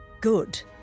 good